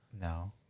No